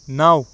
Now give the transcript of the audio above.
نَو